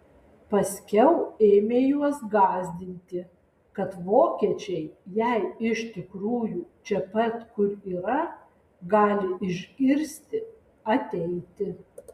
paskiau ėmė juos gąsdinti kad vokiečiai jei iš tikrųjų čia pat kur yra gali išgirsti ateiti